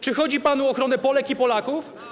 Czy chodzi panu o ochronę Polek i Polaków.